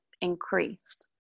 increased